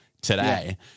today